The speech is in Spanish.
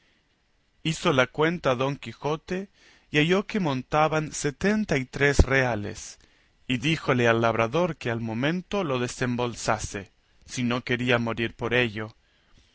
hizo la cuenta don quijote y halló que montaban setenta y tres reales y díjole al labrador que al momento los desembolsase si no quería morir por ello